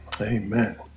Amen